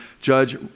judge